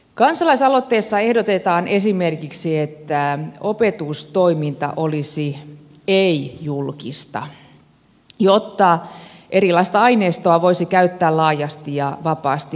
kansalaisaloitteessa ehdotetaan esimerkiksi että opetustoiminta olisi ei julkista jotta erilaista aineistoa voisi käyttää laajasti ja vapaasti opetustyössä